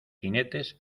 jinetes